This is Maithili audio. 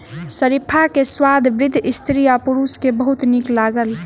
शरीफा के स्वाद वृद्ध स्त्री आ पुरुष के बहुत नीक लागल